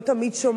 לא תמיד שומעים,